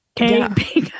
okay